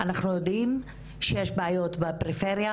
אנחנו יודעים שיש בעיות בפריפריה,